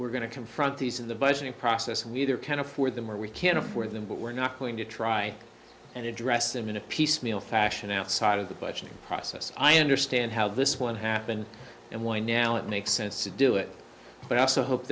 we're going to confront these in the budgeting process we either can't afford them or we can't afford them but we're not going to try and address them in a piecemeal fashion outside of the budgeting process i understand how this one happened and why now it makes sense to do it but i also hope